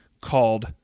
called